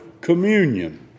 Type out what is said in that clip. communion